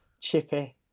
chippy